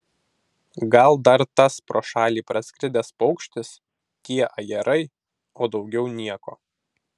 gal dar tas pro šalį praskridęs paukštis tie ajerai o daugiau nieko